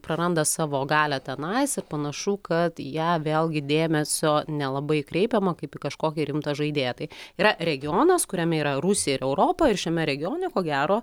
praranda savo galią tenais ir panašu kad į ją vėlgi dėmesio nelabai kreipiama kaip į kažkokį rimtą žaidėją tai yra regionas kuriame yra rusija ir europa ir šiame regione ko gero